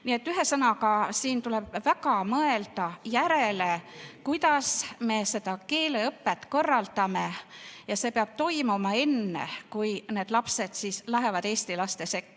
Ühesõnaga, siin tuleb väga mõelda järele, kuidas me seda keeleõpet korraldame. Ja see peab toimuma enne, kui need lapsed lähevad eesti laste sekka.